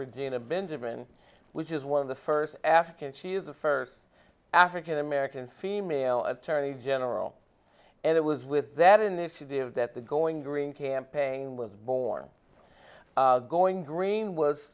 regina benjamin which is one of the first african she is the first african american female attorney general and it was with that initiative that the going green campaign was born going green was